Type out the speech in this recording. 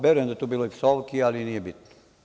Verujem da je tu bilo i psovki, ali nije bitno.